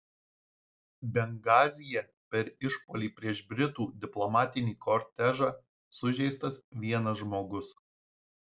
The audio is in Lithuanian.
bengazyje per išpuolį prieš britų diplomatinį kortežą sužeistas vienas žmogus